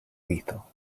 lethal